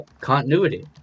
continuity